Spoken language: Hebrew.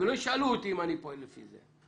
ולא ישאלו אותי אם אני פועל לפי זה.